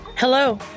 Hello